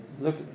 look